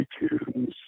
iTunes